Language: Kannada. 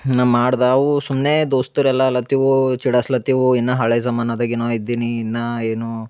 ನಾ ಮಾಡ್ದ ಅವು ಸುಮ್ಮನೆ ದೋಸ್ತರು ಎಲ್ಲ ಅನ್ಲತಿವು ಚುಡಾಸ್ಲತಿವು ಇನ್ನ ಹಳೆಯ ಝಮಾನದಾಗ ಏನು ಇದ್ದಿ ನೀ ಇನ್ನ ಏನು